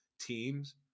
teams –